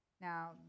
Now